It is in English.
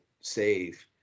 save